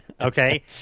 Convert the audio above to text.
okay